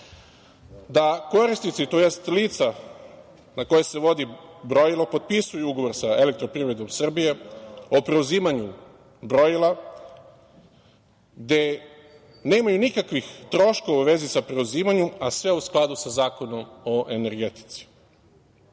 da korisnici, tj. lica na koje se vodi brojilo potpisuju ugovor sa Elektroprivredom Srbije o preuzimanju brojila, gde nemaju nikakvih troškova u vezi sa preuzimanjem, a sve u skladu sa Zakonom o energetici.